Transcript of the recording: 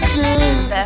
good